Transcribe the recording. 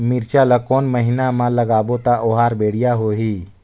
मिरचा ला कोन महीना मा लगाबो ता ओहार बेडिया होही?